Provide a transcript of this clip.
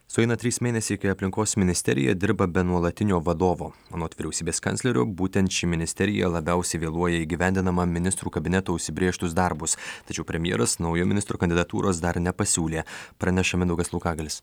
sueina trys mėnesiai kai aplinkos ministerija dirba be nuolatinio vadovo anot vyriausybės kanclerio būtent ši ministerija labiausiai vėluoja įgyvendindama ministrų kabinetų užsibrėžtus darbus tačiau premjeras naujo ministro kandidatūros dar nepasiūlė praneša mindaugas laukagalis